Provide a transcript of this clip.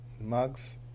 mugs